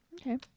okay